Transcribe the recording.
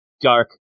dark